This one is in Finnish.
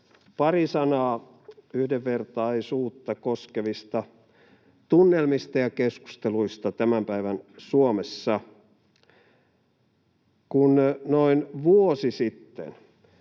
pari sanaa yhdenvertaisuutta koskevista tunnelmista ja keskusteluista tämän päivän Suomessa. Kun noin vuosi sitten